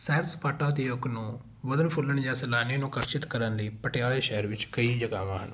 ਸੈਰ ਸਪਾਟਾ ਉਦਯੋਗ ਨੂੰ ਵੱਧਣ ਫੁੱਲਣ ਜਾਂ ਸੈਲਾਨੀ ਨੂੰ ਆਕਰਸ਼ਿਤ ਕਰਨ ਲਈ ਪਟਿਆਲੇ ਸ਼ਹਿਰ ਵਿੱਚ ਕਈ ਜਗ੍ਹਾਵਾਂ ਹਨ